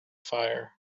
fire